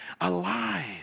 alive